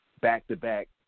back-to-back